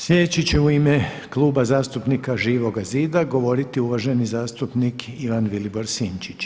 Sljedeći će u ime Kluba zastupnika Živoga zida govoriti uvaženi zastupnik Ivan Vilibor Sinčić.